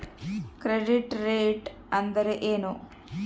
Credit rate ಅಂದರೆ ಏನು?